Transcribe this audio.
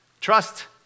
trust